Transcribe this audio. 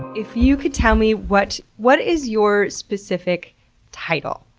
if you could tell me, what what is your specific title?